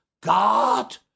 God